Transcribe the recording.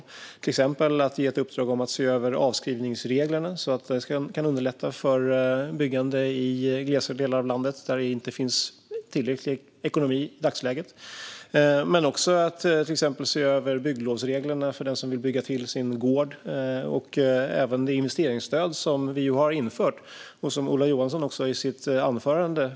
Det gäller till exempel att ge ett uppdrag om att se över avskrivningsreglerna för att underlätta för byggande i glesare delar av landet där det inte finns tillräcklig ekonomi i dagsläget. Men det gäller också att till exempel se över bygglovsreglerna när det gäller den som vill bygga till sin gård. Det gäller även det investeringsstöd som vi har infört och som Ola Johansson tog upp i sitt anförande.